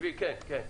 כן, כן.